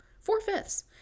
Four-fifths